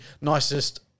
nicest